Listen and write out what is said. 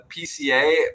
PCA